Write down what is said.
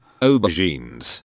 Aubergines